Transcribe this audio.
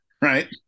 right